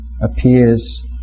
appears